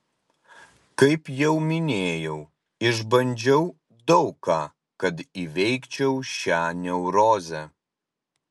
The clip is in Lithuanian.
kaip jau minėjau išbandžiau daug ką kad įveikčiau šią neurozę